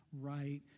right